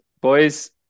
boys